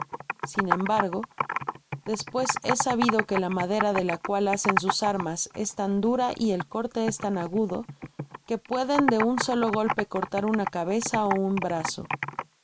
sin embargo despues he sabido que la madera de la cual hacen sus armas es tau dura y el corte es tan agudo que pueden de un solo golpe cortar una cabeza ó un brazo